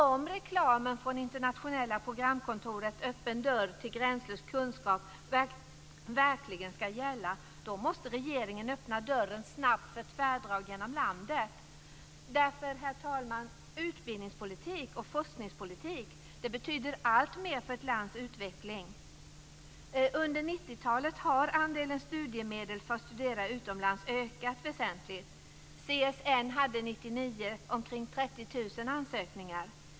Om reklamen från det internationella programkontoret Öppen dörr till gränslös kunskap verkligen ska gälla måste regeringen snabbt öppna dörren för tvärdrag genom landet. Herr talman! Utbildningspolitik och forskningspolitik betyder alltmer för ett lands utveckling. Under 90-talet har andelen studiemedel för att studera utomlands ökat väsentligt. CSN hade 1999 omkring 30 000 ansökningar.